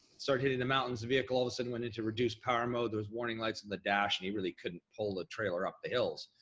start hitting the mountains, the vehicle all of a sudden went into reduced power mode, there was warning lights on and the dash and he really couldn't pull the trailer up the hills.